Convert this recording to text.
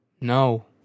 no